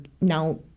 now